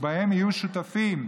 ובה יהיו שותפים,